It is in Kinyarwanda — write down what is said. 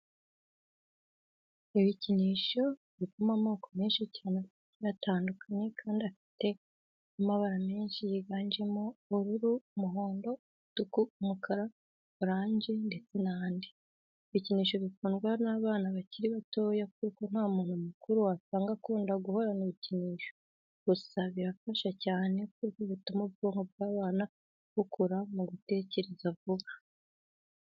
Ibikinisho bibamo amoko menshi cyane agiye atandukanye kandi afite n'amabara menshi yiganjemo ubururu, umuhondo, umutuku, umukara, oranje ndetse n'andi. Ibikinisho bikundwa n'abana bakiri batoya kuko nta muntu mukuru wasanga akunda guhorana ibikinisho. Gusa birafasha cyane kuko bituma ubwonko bw'abana bukura mu gutekereza vuba.